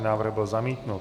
Návrh byl zamítnut.